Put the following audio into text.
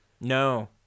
No